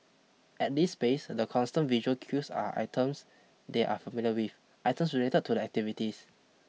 at this space the constant visual cues are items they are familiar with items related to the activities